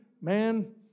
man